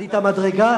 עלית מדרגה.